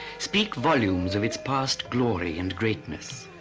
speak volumes of its past glory and greatness.